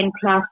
plus